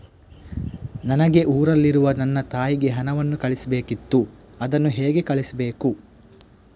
ನನಗೆ ಊರಲ್ಲಿರುವ ನನ್ನ ತಾಯಿಗೆ ಹಣವನ್ನು ಕಳಿಸ್ಬೇಕಿತ್ತು, ಅದನ್ನು ಹೇಗೆ ಕಳಿಸ್ಬೇಕು?